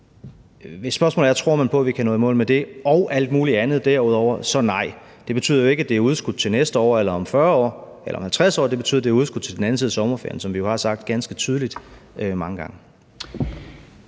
Hvis spørgsmålet er, om man tror på, at vi kan nå i mål med det og alt muligt andet derudover, så er svaret nej. Det betyder jo ikke, at det er udskudt til næste år eller til om 40 år eller til om 50 år. Det betyder, at det er udskudt til den anden side af sommerferien, som vi jo har sagt ganske tydeligt mange gange.